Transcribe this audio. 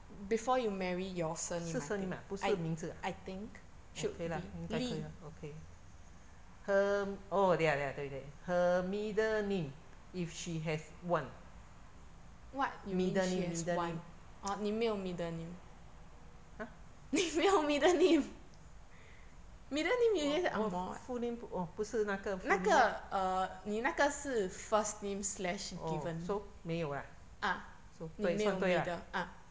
是 surname 啊不是名字啊 okay lah 应该可以对啦 okay her 对对 her middle name if she has one middle name middle name !huh! full name 不是那个 full name meh orh so 没有啊 so 算对啦